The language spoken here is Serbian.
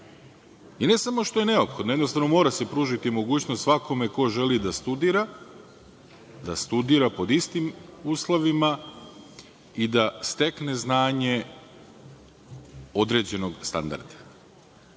Ne samo što je neophodno, nego mora se pružiti mogućnost svakome ko želi da studira, da studira pod istim uslovima i da stekne znanje određenog standarda. Pitanje